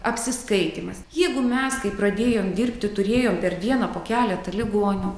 apsiskaitymas jeigu mes kai pradėjom dirbti turėjom per dieną po keletą ligonių